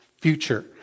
future